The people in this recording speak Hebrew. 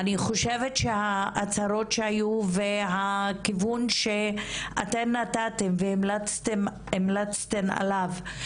אני חושבת שההצהרות שהיו והכיוון שאתן נתתן והמלצתן עליו,